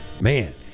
Man